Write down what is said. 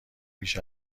بیش